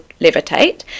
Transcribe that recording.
Levitate